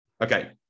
Okay